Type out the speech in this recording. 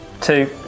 Two